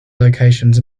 locations